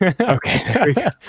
Okay